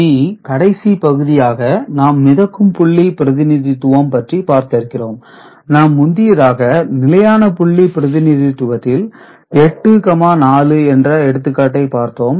இனி கடைசிப் பகுதியாக நாம் மிதக்கும் புள்ளி பிரதிநிதித்துவம் பற்றி பார்க்க இருக்கிறோம் நாம் முந்தியதாக நிலையான புள்ளி பிரதிநிதித்துவத்தில் 84 என்ற எடுத்துக்காட்டை பார்த்தோம்